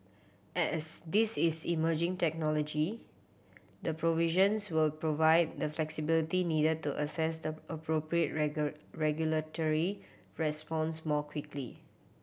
as this is emerging technology the provisions will provide the flexibility needed to assess the appropriate regulatory response more quickly